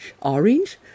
orange